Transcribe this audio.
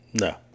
No